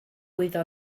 lwyddo